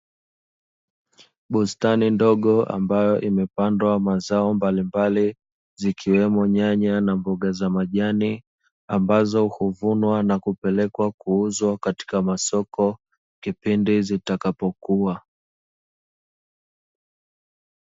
Bustani ndogo, ambayo imepandwa mazao mbalimbali, zikiwemo nyanya na mboga za majani ambazo huvunwa na kupelekwa kuuzwa katika masoko kipindi zitakapo kua.